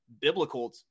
biblical